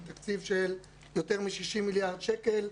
מתקציב של יותר מ-60 מיליארד שקלים,